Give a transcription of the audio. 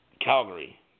Calgary